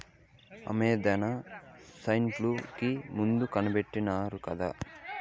ఆమద్దెన సైన్ఫ్లూ కి మందు కనిపెట్టినారు కదా